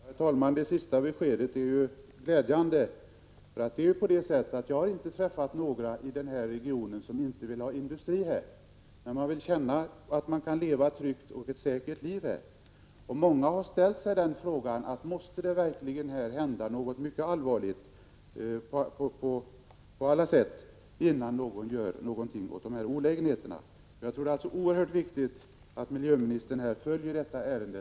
Herr talman! Det sista beskedet är glädjande. Jag har inte träffat några i denna region som inte vill ha industri här. Men man vill känna att man kan leva ett tryggt och säkert liv. Många har ställt sig frågan: Måste det verkligen hända någonting mycket allvarligt innan det görs något åt dessa olägenheter? Jag tror det är oerhört angeläget att miljöministern följer detta ärende.